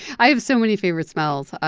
i have so many favorite smells.